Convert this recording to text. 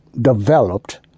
developed